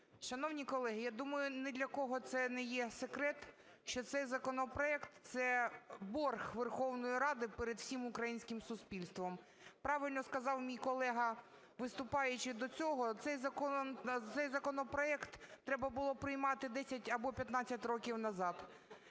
Шановні колеги, я думаю, ні для кого це не є секрет, що цей законопроект – це борг Верховної Ради перед усім український суспільством. Правильно сказав мій колега, виступаючий до цього: цей законопроект треба було приймати 10 або 15 років назад.